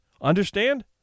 Understand